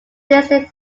listed